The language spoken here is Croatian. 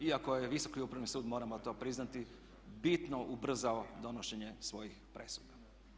Iako je Visoki upravni sud, moramo to priznati bitno ubrzao donošenje svojih presuda.